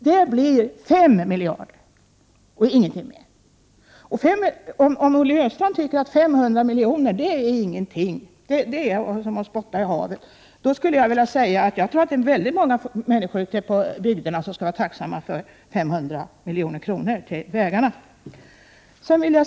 Det blir 5 miljarder och ingenting annat. Om Olle Östrand tycker att 500 milj.kr. inte är någonting, att det är som att spotta i havet, då skulle jag vilja säga att jag tror att väldigt många människor ute i bygderna skulle vara tacksamma för 500 milj.kr. till vägarna.